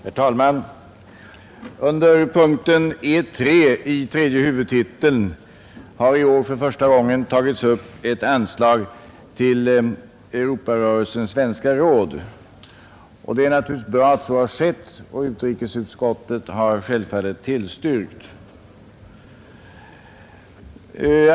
Herr talman! Under punkt E 3 i tredje huvudtiteln har i år för första gången tagits upp ett anslag till Europarörelsens Svenska Råd. Det är naturligtvis bra att så har skett, och utrikesutskottet har självfallet tillstyrkt.